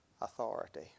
authority